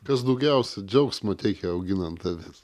kas daugiausia džiaugsmo teikia auginant avis